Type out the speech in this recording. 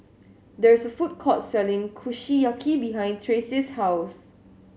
there is a food court selling Kushiyaki behind Traci's house